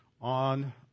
on